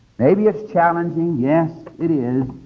maybe it's challenging yes, it is.